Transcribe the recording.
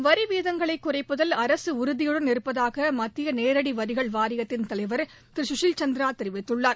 வரி வீதங்களை குறைப்பதில் அரசு உறுதியுடன் இருப்பதாக மத்திய நேரடி வரிகள் வாரியத்தின் தலைவர் திரு சுஷில் சந்திரா தெரிவித்துள்ளார்